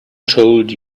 told